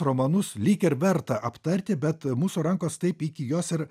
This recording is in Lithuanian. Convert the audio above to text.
romanus lyg ir verta aptarti bet mūsų rankos taip iki jos ir